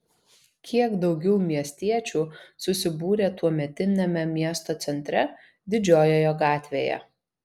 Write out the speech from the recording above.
kiek daugiau miestiečių susibūrė tuometiniame miesto centre didžiojoje gatvėje